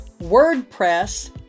WordPress